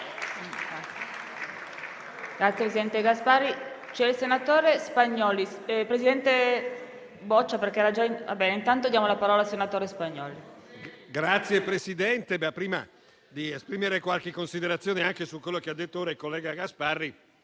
Signor Presidente, prima di esprimere qualche considerazione anche su quello che ha detto ora il collega Gasparri,